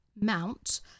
Mount